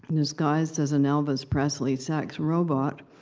and disguised as an elvis presley sex robot,